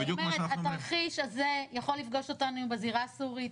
התרחיש הזה יכול לפגוש אותנו בזירה הסורית,